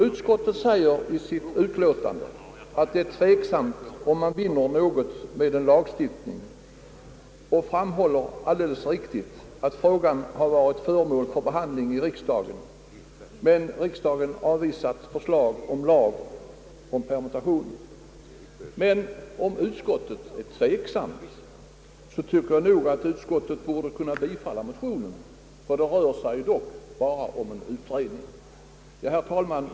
Utskottet säger i sitt utlåtande att det är tveksamt om man vinner något med en lagstiftning och erinrar alldeles riktigt om att riksdagen tidigare behandlat denna fråga men avvisat förslag om en lag om permutation. Men om utskottet är tveksamt, anser jag nog att utskottet borde ha kunnat bifalla motio nerna, ty det rör sig dock bara om en utredning. Herr talman!